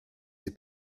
ses